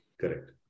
Correct